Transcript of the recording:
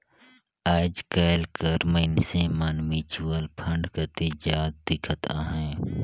आएज काएल कर मइनसे मन म्युचुअल फंड कती जात दिखत अहें